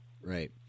Right